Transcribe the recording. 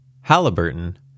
Halliburton